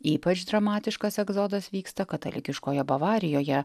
ypač dramatiškas egzodas vyksta katalikiškoje bavarijoje